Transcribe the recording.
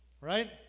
right